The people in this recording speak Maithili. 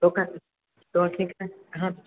तोँ कहाँ से तोँ कि कहे कहाँ से